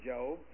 Job